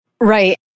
Right